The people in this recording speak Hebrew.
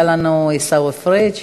היה לנו עיסאווי פריג'.